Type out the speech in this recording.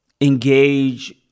engage